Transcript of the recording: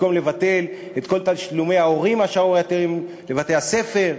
במקום לבטל את כל תשלומי ההורים השערורייתיים לבתי-ספר?